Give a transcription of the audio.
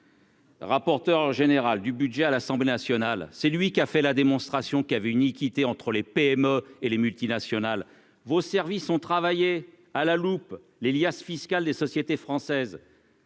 Rapporteur général du budget à l'Assemblée nationale, c'est lui qui a fait la démonstration qu'il avait une équité entre les PME et les multinationales, vos services ont travaillé à la loupe les liasses fiscales des sociétés françaises.